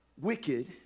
wicked